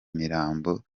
mirambo